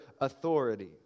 authority